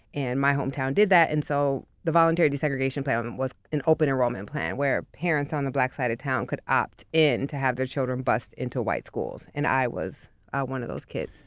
and my hometown did that and so the voluntary desegregation plan was an open enrollment plan where parents on the black side of town could opt in to have their children bused into white schools. and i was one of those kids.